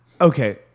Okay